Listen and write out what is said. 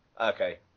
Okay